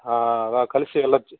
దా కలిసి వెళ్ళ వచ్చు